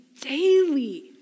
daily